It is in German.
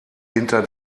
hinter